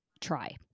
try